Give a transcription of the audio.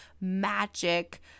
magic